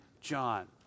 John